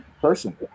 person